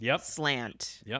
slant